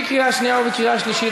לקריאה שנייה וקריאה שלישית.